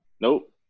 Nope